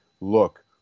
look